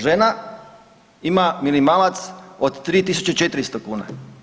Žena ima minimalac od 3.400 kuna.